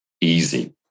easy